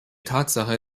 tatsache